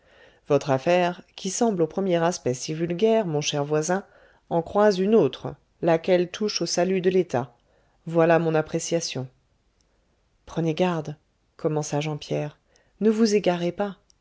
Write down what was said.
votre affaire qui semble au premier aspect si vulgaire mon cher voisin en croise une autre laquelle touche au salut de l'etat voilà mon appréciation prenez garde commença jean pierre ne vous égarez pas